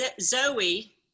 zoe